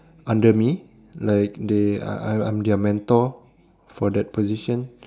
under me like they I I I'm their mentor for that position